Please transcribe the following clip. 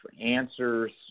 answers